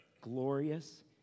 glorious